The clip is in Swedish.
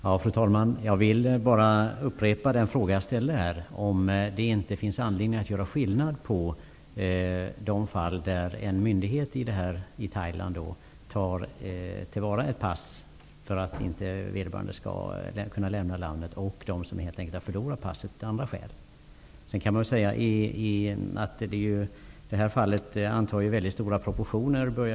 Fru talman! Jag vill bara upprepa den fråga jag ställde om huruvida det finns anledning att göra skillnad på de fall där en myndighet i t.ex. Thailand tar till vara ett pass för att vederbörande inte skall kunna lämna landet och de fall där vederbörande helt enkelt har förlorat passet av andra skäl. Det här fallet börjar anta väldigt stora proportioner.